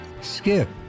Skip